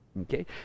Okay